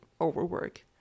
overwork